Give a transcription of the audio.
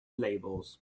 labels